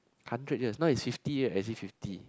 hundred years now is fifty right S G fifty